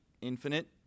infinite